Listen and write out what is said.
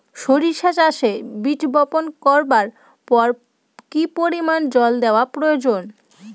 সরিষা চাষে বীজ বপন করবার পর কি পরিমাণ জল দেওয়া প্রয়োজন?